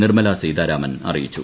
Nirmala Sitharaman അറ്റിയിച്ചു